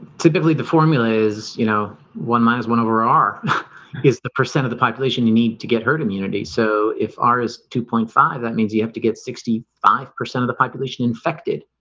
typically the formula is you know, one minus one over r is the percent of the population you need to get hurt immunity? so if r is two point five, that means you have to get sixty five percent of the population infected